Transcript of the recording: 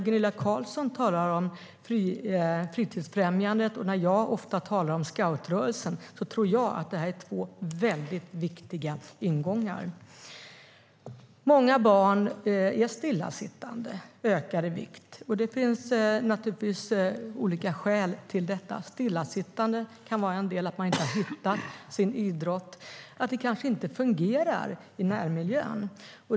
Gunilla Carlsson i Hisings Backa talar om Friluftsfrämjandet, och jag talar ofta om scoutrörelsen. Jag tror att det är två viktiga ingångar. Många barn är stillasittande och ökar i vikt. Det finns naturligtvis olika skäl till detta. Stillasittande kan vara en, att man inte har hittat sin idrott eller att det inte fungerar i närmiljön.